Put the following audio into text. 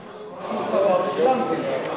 מה שהוא צבר שילמתי לו.